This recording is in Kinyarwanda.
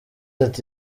ati